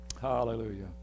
Hallelujah